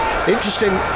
interesting